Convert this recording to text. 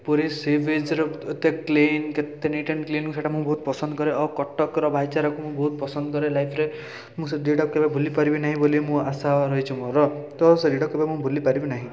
ପୁରୀ ସିବିଚ୍ରୁ ଏତେ କ୍ଲିନ୍ କେତେ ନିଟ୍ ଏଣ୍ଡ୍ କ୍ଲିନ୍ ସେଇଟାକୁ ବହୁତ ମୁଁ ପସନ୍ଦ କରେ ଓ କଟକର ଭାଇଚାରାକୁ ବହୁତ ମୁଁ ପସନ୍ଦ କରେ ଲାଇଫ୍ରେ ମୁଁ ସେ ଦୁଇଟାକୁ କେବେ ଭୁଲିପାରିବି ନାହିଁ ବୋଲି ମୁଁ ଆଶା ରହିଛି ମୋର ତ ସେଇ ଦୁଇଟାକୁ କେବେ ମୁଁ ଭୁଲିପାରିବି ନାହିଁ